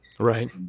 Right